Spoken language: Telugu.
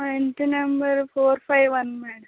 మా ఇంటి number four five one madam